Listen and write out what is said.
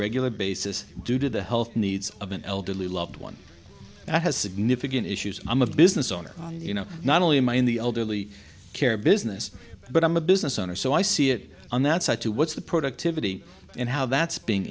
regular basis due to the health needs of an elderly loved one that has significant issues i'm a business owner you know not only am i in the elderly care business but i'm a business owner so i see it on that side too what's the productivity and how that's being